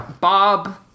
Bob